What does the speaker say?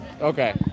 Okay